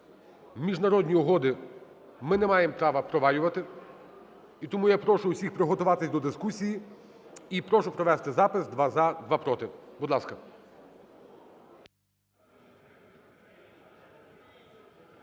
Міжнародні угоди ми не маємо права провалювати, і тому я прошу всіх приготуватися до дискусії. І прошу провести запис: два – за, два – проти. Будь ласка.